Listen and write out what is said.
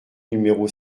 numéro